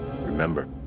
Remember